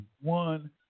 one